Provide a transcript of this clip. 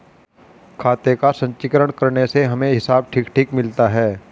खाते का संचीकरण करने से हमें हिसाब ठीक ठीक मिलता है